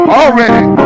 already